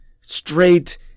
straight